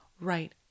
right